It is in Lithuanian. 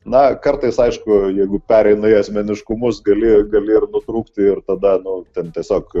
na kartais aišku jeigu pereina į asmeniškumus gali gali ir nutrūkti ir tada nu ten tiesiog